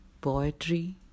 Poetry